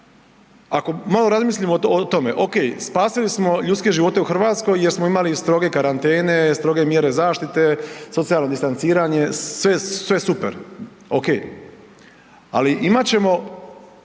ako malo razmislimo o tome, ok, spasili smo ljudske živote u Hrvatskoj jer smo imali stroge karantene, stroge mjere zaštiti, socijalno distanciranje, sve super, ok. Ali imat ćemo